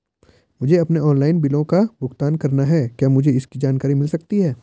मुझे अपने ऑनलाइन बिलों का भुगतान करना है क्या मुझे इसकी जानकारी मिल सकती है?